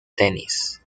tenis